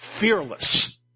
fearless